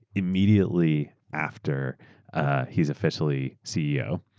immediately after ah heaeurs officially ceo,